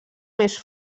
més